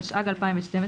התשע"ג-2012